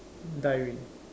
diary